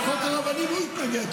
לחוק הרבנים הוא התנגד,